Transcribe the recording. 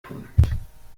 tun